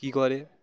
কী করে